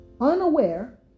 unaware